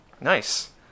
nice